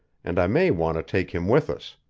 and i may want to take him with us.